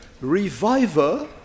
reviver